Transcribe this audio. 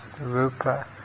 Rupa